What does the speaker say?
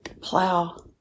plow